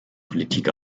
politik